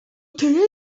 tyle